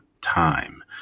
time